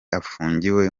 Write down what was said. apfungiwe